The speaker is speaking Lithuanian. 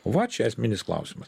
va čia esminis klausimas